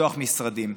לפתוח משרדים.